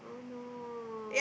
oh no